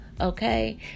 okay